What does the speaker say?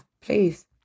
please